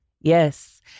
Yes